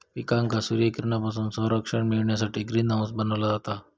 पिकांका सूर्यकिरणांपासून संरक्षण मिळण्यासाठी ग्रीन हाऊस बनवला जाता